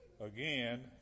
again